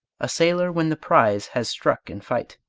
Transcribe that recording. a sailor when the prize has struck in fight,